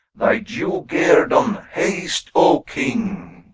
thy due guerdon. haste, o king!